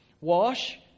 Wash